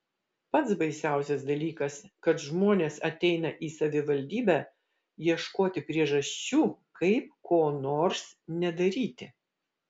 pats baisiausias dalykas kad žmonės ateina į savivaldybę ieškoti priežasčių kaip ko nors nedaryti